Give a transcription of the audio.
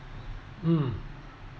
mm